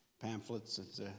pamphlets